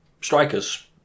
strikers